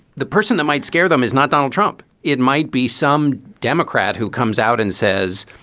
the person that might scare them is not donald trump. it might be some democrat who comes out and says,